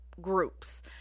groups